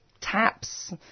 taps